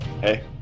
hey